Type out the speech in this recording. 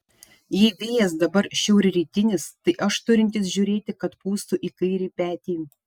jei vėjas dabar šiaurrytinis tai aš turintis žiūrėti kad pūstų į kairį petį